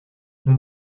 nous